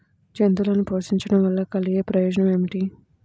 జంతువులను పోషించడం వల్ల కలిగే ప్రయోజనం ఏమిటీ?